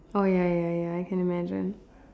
oh ya ya ya I can imagine